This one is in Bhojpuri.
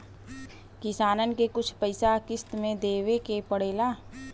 किसानन के कुछ पइसा किश्त मे देवे के पड़ेला